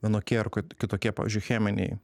vienokie ar kitokie pavyzdžiui cheminiai